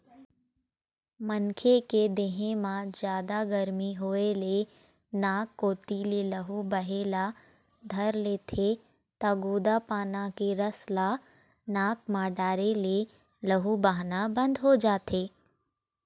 मनखे के देहे म जादा गरमी होए ले नाक कोती ले लहू बहे ल धर लेथे त गोंदा पाना के रस ल नाक म डारे ले लहू बहना बंद हो जाथे